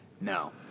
No